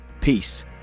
peace